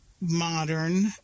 modern